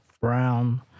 brown